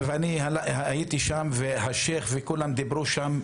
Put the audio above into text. אני הייתי שם והשייח' וכולם דיברו שם,